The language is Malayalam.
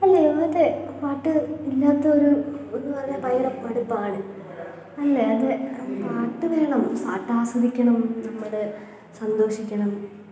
അല്ലയോ അതെ പാട്ട് ഇല്ലാത്തൊരു ത്ന്ന് പറഞ്ഞാൽ ഭയങ്കര മടുപ്പാണ് അല്ലേ അതെ പാട്ടു വേണം പാട്ടാസ്വദിക്കണം നമ്മൾ സന്തോഷിക്കണം